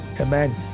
Amen